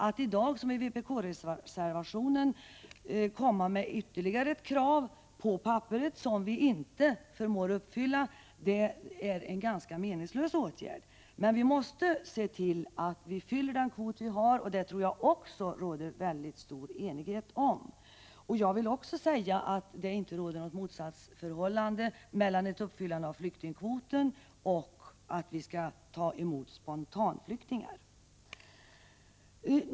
Att i dag, som vpk-reservationen gör, komma med ytterligare krav på papperet som vi inte förmår uppfylla är en ganska meningslös åtgärd. Men vi måste se till att fylla den kvot vi har, det tror jag likaså det råder stor enighet om. Jag vill också säga att det inte råder något motsatsförhållande mellan att uppfylla flyktingkvoten och att ta emot spontanflyktingar.